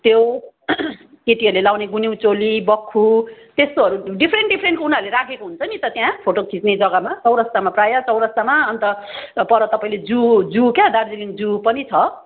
त्यो केटीहरूले लगाउने गुन्यु चोली बख्खु त्यस्तोहरू डिफ्रेन्ट डिफ्रेन्टको उनीहरूले राखेको हुन्छ नि त त्यहाँ फोटो खिच्ने जग्गामा चौरस्तामा प्रायः चौरस्तामा अन्त पर तपाईँले जू जू क्या दार्जिलिङ जू पनि छ